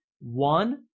one